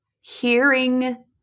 hearing